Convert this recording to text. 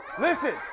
listen